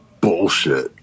bullshit